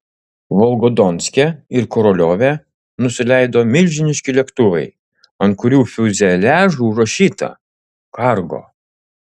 volgodonske ir koroliove nusileido milžiniški lėktuvai ant kurių fiuzeliažų užrašyta kargo